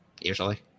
usually